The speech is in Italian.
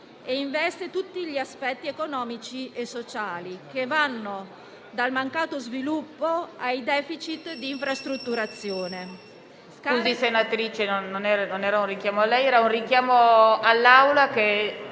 e investono tutti gli aspetti economici e sociali, che vanno dal mancato sviluppo ai *deficit* di infrastrutturazione.